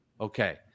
Okay